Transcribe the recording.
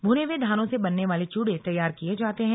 भूने हुए धानों से बनने वाले च्यूड़े तैयार किये जाते हैं